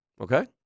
Okay